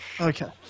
Okay